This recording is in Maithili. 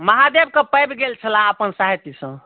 महादेवक पाबि गेल छलाह अपन साधिसँ